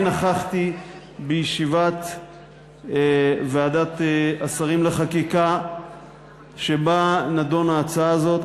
אני נכחתי בישיבת ועדת השרים לחקיקה שבה נדונה ההצעה הזאת.